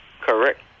Correct